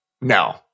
No